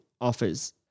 offers